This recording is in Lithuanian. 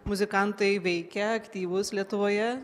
muzikantai veikia aktyvus lietuvoje